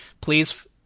please